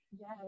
Yes